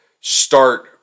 start